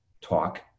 talk